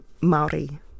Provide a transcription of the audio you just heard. Maori